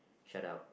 shut up